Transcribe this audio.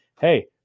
hey